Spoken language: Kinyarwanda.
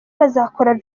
bazakorera